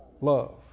love